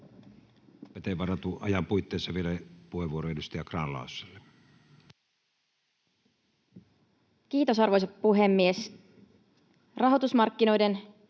varatun ajan puitteissa vielä puheenvuoro edustaja Grahn-Laasoselle. Kiitos, arvoisa puhemies! Rahoitusmarkkinoiden